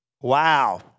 Wow